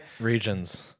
Regions